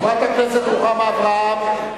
חברת הכנסת רוחמה אברהם,